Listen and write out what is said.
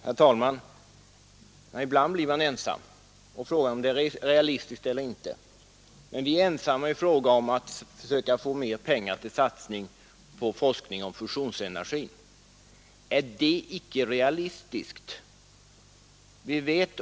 Herr talman! Ibland blir man ensam om ett förslag, och fråga är då om det är realistiskt eller ej. Folkpartiet är t.ex. ensamt om att försöka få mer pengar för satsning på forskning om fusionsenergi. Är icke det någonting realistiskt?